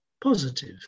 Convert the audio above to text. positive